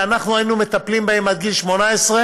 ואנחנו היינו מטפלים בהם עד גיל 18,